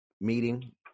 meeting